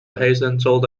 黑森州